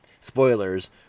spoilers